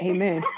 Amen